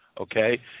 okay